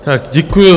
Tak děkuju.